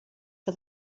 que